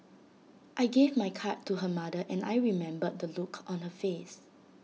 I gave my card to her mother and I remember the look on her face